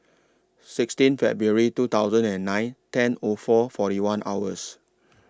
sixteen February two thousand and nine ten O four forty one hours